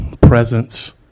presence